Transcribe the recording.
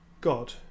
god